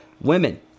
women